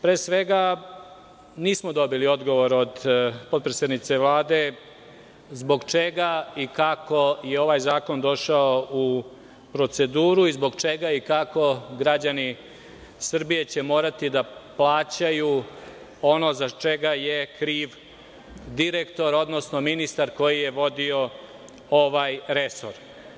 Pre svega, nismo dobili odgovor od potpredsednice Vlade zbog čega i kako je ovaj zakon došao u proceduru i zbog čega i kako građani Srbije će morati da plaćaju ono za šta je kriv direktor, odnosno ministar koji je vodio ovaj resor.